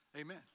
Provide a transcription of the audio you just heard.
Amen